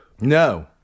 No